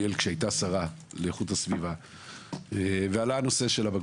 כלומר בסוף האוצר נמצא בגביית יתר ואחת